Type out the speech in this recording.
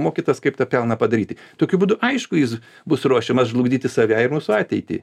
mokytas kaip tą pelną padaryti tokiu būdu aišku jis bus ruošiamas žlugdyti save ir mūsų ateitį